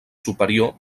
superior